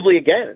again